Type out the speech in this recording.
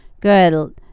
Good